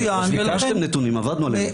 מצוין, ולכן --- ביקשתם נתונים, עבדנו עליהם.